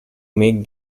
make